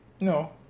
No